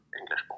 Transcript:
English